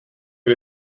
kde